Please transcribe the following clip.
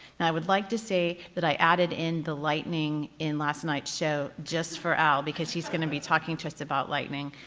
and i would like to say that i added in the lightning in last night's show just for al because he's going to be talking to us about lightning.